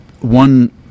One